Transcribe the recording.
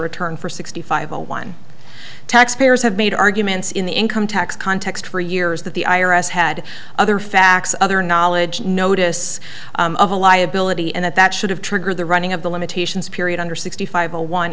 return for sixty five a one taxpayers have made arguments in the income tax context for years that the i r s had other facts other knowledge notice of a liability and that that should have triggered the running of the limitations period under sixty five a one